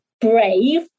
brave